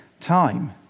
time